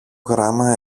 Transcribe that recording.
γράμμα